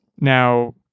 now